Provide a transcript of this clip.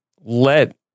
let